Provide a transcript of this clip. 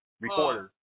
recorder